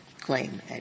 claim